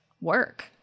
work